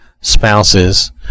spouses